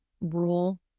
rule